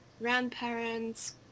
grandparents